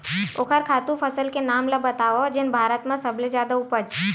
ओखर खातु फसल के नाम ला बतावव जेन भारत मा सबले जादा उपज?